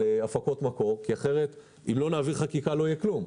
אם לא נעבור חקיקה, לא יהיה כלום.